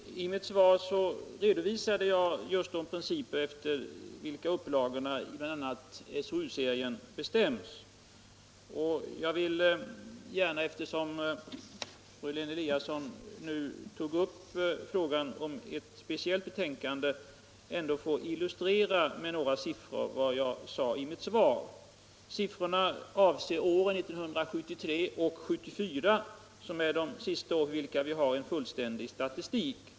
Herr talman! I mitt svar redovisade jag just de principer efter vilka upplagorna i bl.a. SOU-serien bestäms. Jag vill gärna, eftersom fru Lewén-Eliasson tog upp frågan om ett speciellt betänkande, med några siffror få illustrera vad jag sade i mitt svar. Siffrorna avser åren 1973 och 1974, som är de senaste år för vilka vi har en fullständig statistik.